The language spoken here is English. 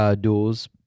duels